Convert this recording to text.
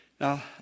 Now